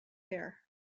there